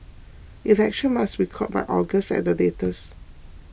elections must be called by August at the latest